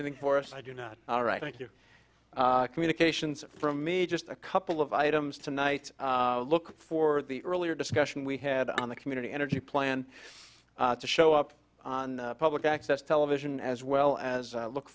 anything for us i do not all right thank you communications from me just a couple of items tonight look for the earlier discussion we had on the community energy plan to show up on public access television as well as look